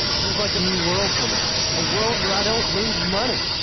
this is like a new world for me, a world where i don't lose money.